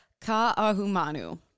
Ka'ahumanu